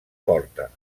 porta